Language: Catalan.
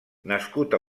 nascut